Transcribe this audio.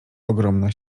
ogromna